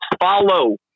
follow